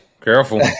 careful